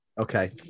okay